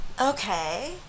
Okay